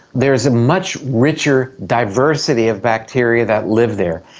there is a much richer diversity of bacteria that live there,